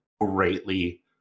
greatly